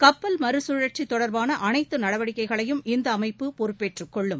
கப்பல் மறுகழற்சிதொடர்பானஅனைத்துநடவடிக்கைகளையும் இந்தஅமைப்பு பொறுப்பேற்றுக் கொள்ளும்